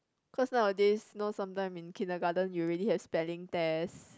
cause nowadays you know sometime in kindergarten you already have spelling test